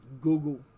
Google